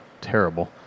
terrible